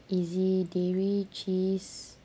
easy dairy cheese